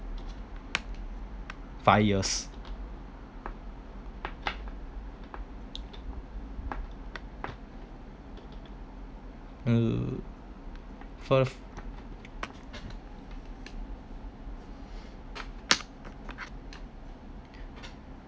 five years oh for